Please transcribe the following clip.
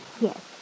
Yes